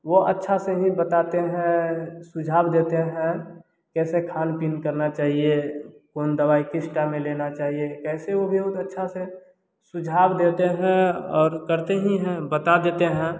वह अच्छे से ही बताते हैं सुझाव देते हैं कैसे खाना पीना करना चाहिए कौनसी दवाई किस टाइम में लेना चाहिए कैसे वह भी हो अच्छे से सुझाव देते हैं और करते ही हैं बता देते हैं